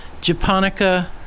japonica